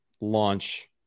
launch